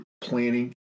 planning